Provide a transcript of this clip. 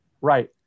Right